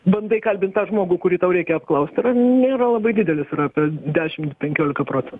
bandai kalbint tą žmogų kurį tau reikia apklausti nėra labai didelis yra apie dešimt penkiolika procen